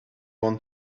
want